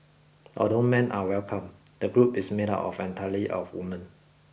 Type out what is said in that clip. although men are welcome the group is made up entirely of woman